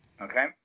Okay